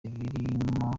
birimo